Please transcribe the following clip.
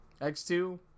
X2